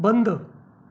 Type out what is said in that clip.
बंद